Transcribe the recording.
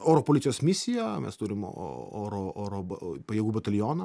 oro policijos misiją mes turim o oro oro ba pajėgų batalioną